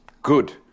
good